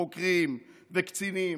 חוקרים וקצינים,